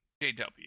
JW